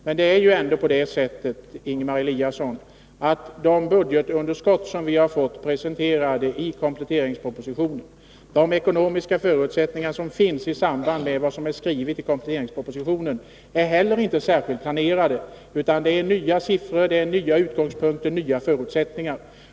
Men det är ändå så, Ingemar Eliasson, att de budgetunderskott som presenteras i kompletteringspropositionen och de förutsättningar som förelegat när den skrevs, inte heller är särskilt planerade. Det är fråga om nya siffror, utgångspunkter och förutsättningar.